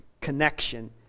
connection